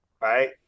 right